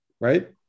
right